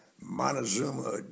Montezuma